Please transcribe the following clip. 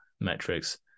metrics